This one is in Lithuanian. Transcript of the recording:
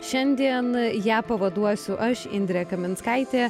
šiandien ją pavaduosiu aš indrė kaminskaitė